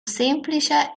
semplice